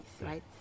Right